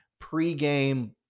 pregame